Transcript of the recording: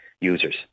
users